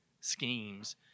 schemes